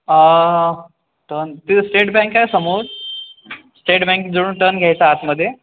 थांब तिथे State Bank आहे समोर स्टेट बँकजवळून टर्न घ्यायचा आतमध्ये